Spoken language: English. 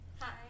Hi